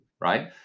Right